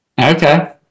okay